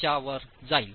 5 वर जाईल